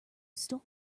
stole